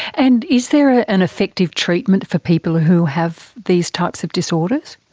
and is there ah an effective treatment for people who have these types of disorders?